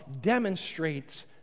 demonstrates